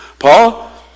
Paul